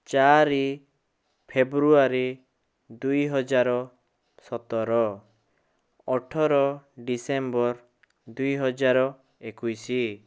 ଚାରି ଫେବୃୟାରୀ ଦୁଇ ହଜାର ସତର ଅଠର ଡିସେମ୍ବର୍ ଦୁଇ ହଜାର ଏକୋଇଶ